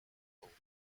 full